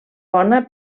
bona